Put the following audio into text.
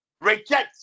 reject